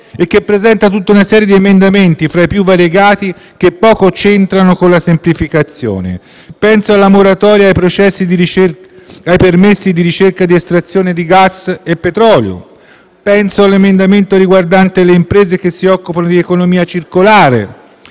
che presenta tutta una serie di emendamenti fra i più variegati che poco c'entrano con la semplificazione: penso alla moratoria ai permessi di ricerca ed estrazione di gas e petrolio; penso all'emendamento riguardante le imprese che si occupano di economia circolare,